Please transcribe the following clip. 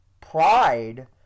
Pride